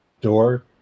door